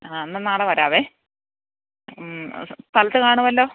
ആ എന്നാൽ നാളെ വരാം മ് അത് സ്ഥലത്ത് കാണുവല്ലോ